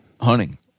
hunting